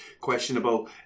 questionable